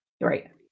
Right